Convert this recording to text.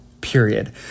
period